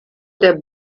der